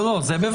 לא, זה בוודאי.